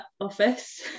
office